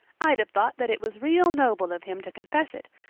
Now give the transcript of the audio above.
i'd have thought that it was real noble of him to confess it,